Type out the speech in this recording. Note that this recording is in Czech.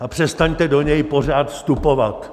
A přestaňte do něj pořád vstupovat.